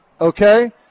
okay